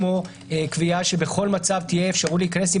כמו קביעה שבכל מצב תהיה אפשרות להיכנס עם